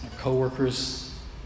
Co-workers